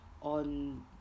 on